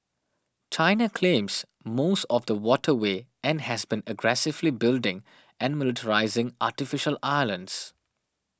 China claims most of the waterway and has been aggressively building and militarising artificial islands